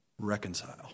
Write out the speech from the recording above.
Reconcile